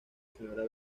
primera